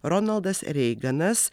ronaldas reiganas